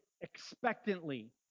expectantly